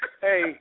Hey